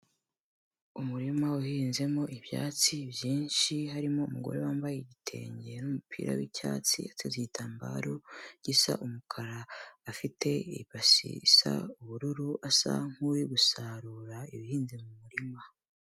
Umurima uhinzemo ibyatsi byinshi harimo umugore wambaye igitenge n'umupira w'icyatsi ateze igitambaro gisa umukara, afite ibasi isa ubururu asa nk'uri gusarura ibihinze mu murima.